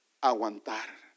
Aguantar